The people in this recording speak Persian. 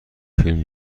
فیلم